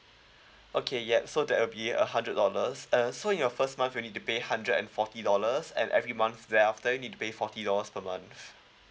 okay yup so that will be a hundred dollars uh so in your first month you will need to pay hundred and forty dollars and every month thereafter you need pay forty dollars per month